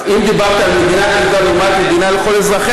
אם דיברת על מדינת חוקה לעומת מדינה לכל אזרחיה,